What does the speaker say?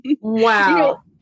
Wow